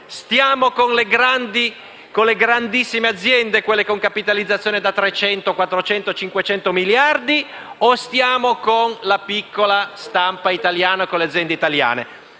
stiamo con le grandissime aziende, con capitalizzazione da 300, 400 o 500 miliardi, o stiamo con la piccola stampa italiana? Noi stiamo con le aziende di